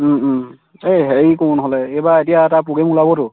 এই হেৰি কৰোঁ নহ'লে এইবাৰ এতিয়া এটা প্ৰগ্ৰেম ওলাবতো